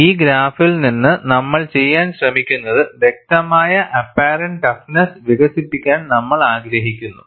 ഈ ഗ്രാഫിൽ നിന്ന് നമ്മൾ ചെയ്യാൻ ശ്രമിക്കുന്നത് വ്യക്തമായ അപ്പാറെന്റ് ടഫ്നെസ്സ് വികസിപ്പിക്കാൻ നമ്മൾ ആഗ്രഹിക്കുന്നു